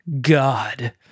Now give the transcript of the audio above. God